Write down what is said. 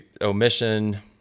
omission